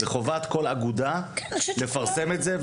זוהי חובת כל אגודה לפרסם את זה,